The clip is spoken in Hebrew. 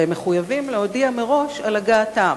והם מחויבים להודיע מראש על הגעתם.